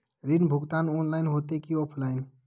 ऋण भुगतान ऑनलाइन होते की ऑफलाइन?